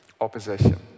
opposition